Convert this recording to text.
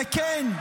וכן,